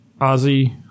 Ozzy